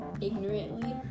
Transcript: ignorantly